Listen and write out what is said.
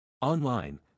Online